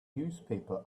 newspaper